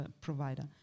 provider